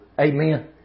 Amen